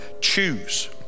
Choose